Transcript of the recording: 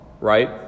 right